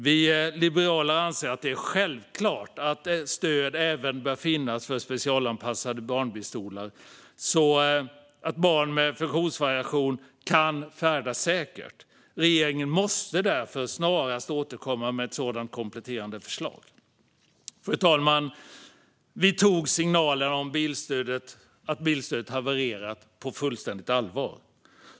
Vi liberaler anser att det är självklart att stöd även bör finnas för specialanpassade bilbarnstolar så att barn med funktionsvariation kan färdas säkert. Regeringen måste därför snarast återkomma med ett kompletterande förslag. Fru talman! Vi tog signalerna om att bilstödet havererat på fullständigt allvar.